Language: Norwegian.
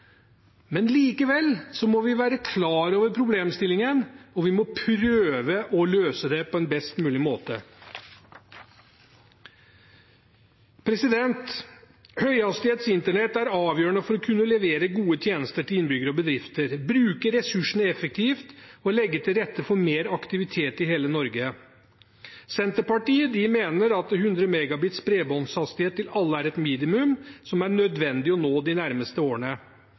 Likevel må vi være klar over problemstillingen, og vi må prøve å løse det på en best mulig måte. Høyhastighets internett er avgjørende for å kunne levere gode tjenester til innbyggere og bedrifter, bruke ressursene effektivt og legge til rette for mer aktivitet i hele Norge. Senterpartiet mener at 100 Mbit/s bredbåndshastighet til alle er et minimum som er nødvendig å nå de nærmeste årene.